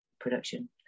production